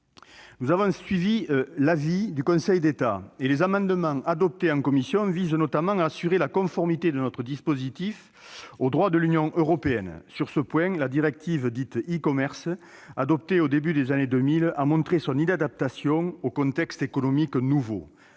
Nous avons suivi l'avis du Conseil d'État, et les amendements adoptés en commission visent notamment à assurer la conformité de notre dispositif au droit de l'Union européenne. Sur ce point, la directive dite e-commerce, adoptée au début des années 2000, a montré son inadaptation au contexte économique nouveau.